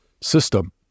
system